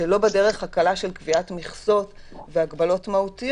שלא בשל הדרך הקלה של קביעת מכסות והגבלות מהותיות